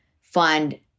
find